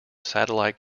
satellite